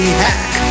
hack